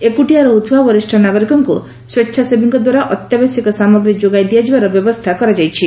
ଏକୁଟିଆ ରହୁଥିବା ବରିଷ ନାଗରିକଙ୍କୁ ସ୍ୱେଛାସେବୀଙ୍କ ଦ୍ୱାରା ଅତ୍ୟାବଶ୍ୟକ ସାମଗ୍ରୀ ଯୋଗାଇ ଦିଆଯିବାର ବ୍ୟବସ୍କା କରାଯାଇଛି